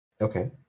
okay